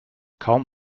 kaum